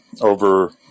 over